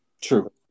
True